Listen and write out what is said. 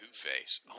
Two-Face